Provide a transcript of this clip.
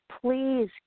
please